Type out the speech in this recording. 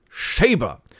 Shaber